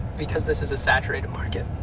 because this is a saturated market?